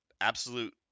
absolute